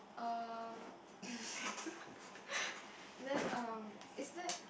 uh then um is there